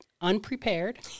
unprepared